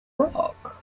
rock